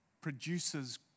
produces